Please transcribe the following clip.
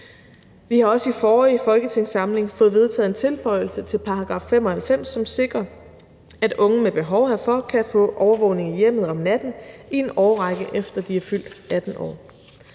Vi har også i forrige folketingssamling fået vedtaget en tilføjelse til § 95, som sikrer, at unge med behov herfor kan få overvågning i hjemmet om natten i en årrække, efter at de er fyldt 18 år.